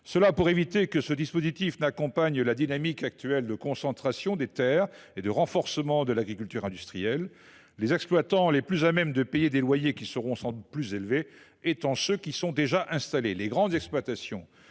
s’agit d’éviter que ce dispositif n’accompagne la dynamique actuelle de concentration des terres et de renforcement de l’agriculture industrielle, les exploitants les plus à même de payer des loyers, qui seront sans doute plus élevés, étant ceux qui sont déjà installés.